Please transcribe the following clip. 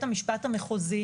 לבית המשפט המחוזי,